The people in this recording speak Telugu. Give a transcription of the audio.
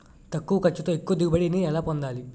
తక్కువ ఖర్చుతో ఎక్కువ దిగుబడి ని ఎలా పొందాలీ?